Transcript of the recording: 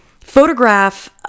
Photograph